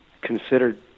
considered